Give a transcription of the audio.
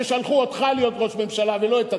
ששלחו אותך להיות ראש ממשלה ולא את אטיאס.